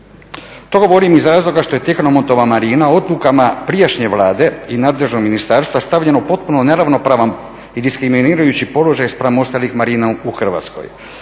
To govorim iz razloga što je Tehnomontova marina odlukama prijašnje Vlade i nadležnog ministarstva stavljena u potpuno neravnopravan i diskriminirajući položaj spram ostalih marina u Hrvatskoj.